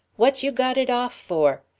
what you got it off for?